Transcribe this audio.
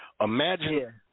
Imagine